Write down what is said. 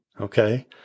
Okay